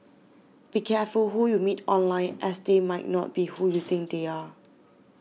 be careful who you meet online as they might not be who you think they are